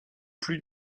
plus